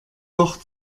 doch